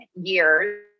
years